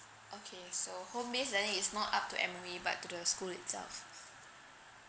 okay so home base learning is not up to M_O_E but to the school itself